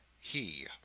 he